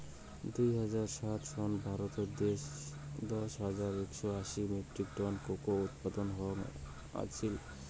দুই হাজার সাত সনত ভারতত দশ হাজার একশও আশি মেট্রিক টন কোকো উৎপাদন হয়া আছিল